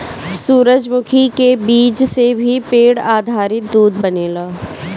सूरजमुखी के बीज से भी पेड़ आधारित दूध बनेला